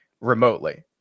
remotely